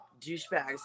Douchebags